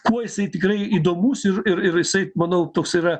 kuo jisai tikrai įdomus ir ir jisai manau toks yra